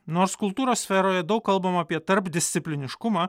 nors kultūros sferoje daug kalbama apie tarpdiscipliniškumą